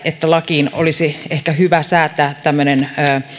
että lakiin olisi ehkä hyvä säätää tämmöinen